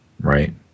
right